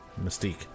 Mystique